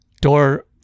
door